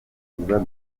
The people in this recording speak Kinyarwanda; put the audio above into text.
yifuza